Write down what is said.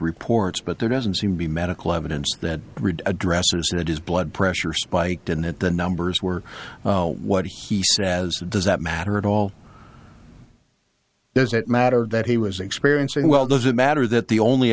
reports but there doesn't seem to be medical evidence that addresses that his blood pressure spiked in that the numbers were what he said as does that matter at all does it matter that he was experiencing well doesn't matter that the only